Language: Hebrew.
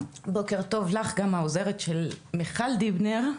בוקר טוב גם לך, העוזרת של מיכל דיבנר כרמל.